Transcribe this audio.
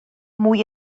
mwy